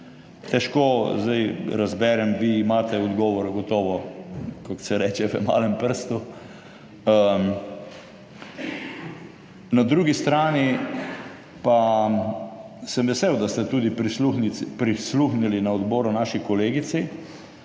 Težko zdaj razberem, vi imate odgovor gotovo, kako se reče, v malem prstu, na drugi strani pa sem vesel, da ste tudi prisluhnili na odboru naši kolegici